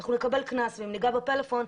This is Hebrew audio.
אנחנו נקבל קנס ואם ניגע בפלאפון,